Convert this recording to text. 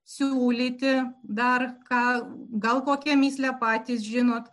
siūlyti dar ką gal kokią mįslę patys žinot